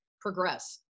progress